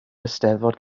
eisteddfod